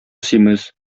симез